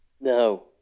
no